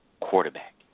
quarterback